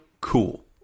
Cool